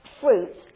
fruits